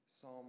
Psalm